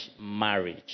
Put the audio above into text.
marriage